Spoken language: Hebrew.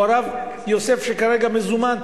או הרב יוסף שכרגע מזומן,